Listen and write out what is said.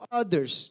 others